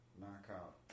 knockout